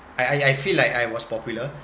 I I I feel like I was popular